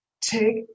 take